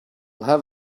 have